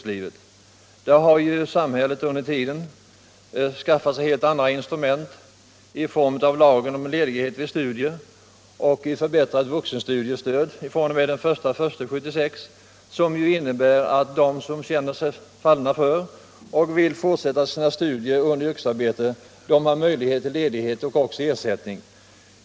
Sedan motionen första gången väcktes har samhället skaffat sig helt andra instrument för att tillgodose det syftet: lagen om ledighet n vid studier och ett förbättrat vuxenstudiestöd fr.o.m. den 1 januari 1976. Detta innebär att de som känner sig fallna för studier har möjlighet till ledighet och ersättning.